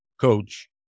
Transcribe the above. coach